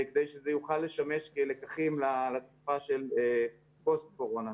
כדי שזה יוכל לשמש כלקחים לתקופה של פוסט קורונה,